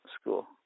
school